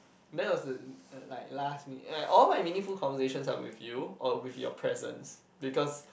that was the uh like last minute and all my meaningful conversations are with you or with your presence because